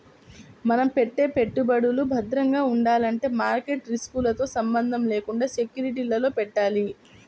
మనం పెట్టే పెట్టుబడులు భద్రంగా ఉండాలంటే మార్కెట్ రిస్కులతో సంబంధం లేకుండా సెక్యూరిటీలలో పెట్టాలి